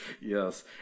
yes